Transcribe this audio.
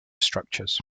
structures